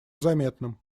заметным